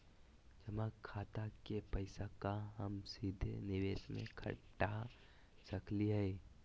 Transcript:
जमा खाता के पैसा का हम सीधे निवेस में कटा सकली हई?